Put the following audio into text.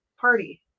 Party